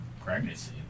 Pregnancy